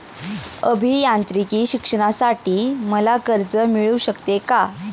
अभियांत्रिकी शिक्षणासाठी मला कर्ज मिळू शकते का?